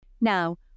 Now